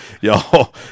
y'all